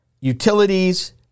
utilities